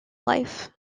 life